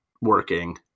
working